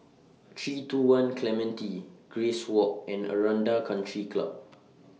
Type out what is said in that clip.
three two one Clementi Grace Walk and Aranda Country Club